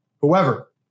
whoever